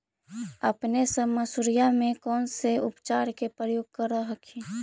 अपने सब मसुरिया मे कौन से उपचार के प्रयोग कर हखिन?